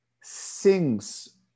sings